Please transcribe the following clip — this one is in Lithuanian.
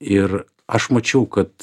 ir aš mačiau kad